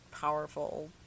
powerful